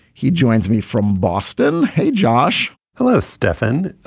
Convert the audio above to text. he joins me from boston. hey josh hello stefan.